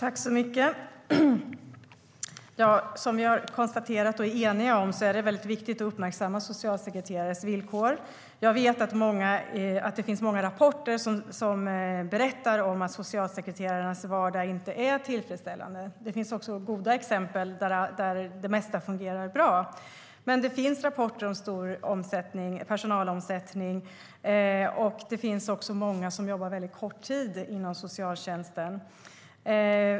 Fru talman! Som vi har konstaterat och är eniga om är det väldigt viktigt att uppmärksamma socialsekreterares villkor. Jag vet att det finns många rapporter där det talas om att socialsekreterarens vardag inte är tillfredsställande. Det finns också goda exempel där det mesta fungerar bra. Men det finns rapporter om stor personalomsättning, och det är många som arbetar mycket kort tid inom socialtjänsten.